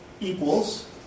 equals